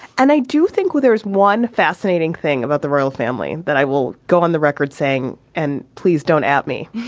and i do think there's one fascinating thing about the royal family that i will go on the record saying, and please don't ask me.